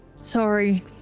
sorry